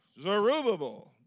Zerubbabel